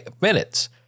minutes